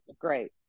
great